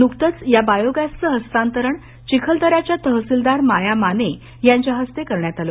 नुकतंच या बायोगॅसचे हस्तांतरण चिखलदऱ्याच्या तहसिलदार माया माने यांच्या हस्ते करण्यात आलं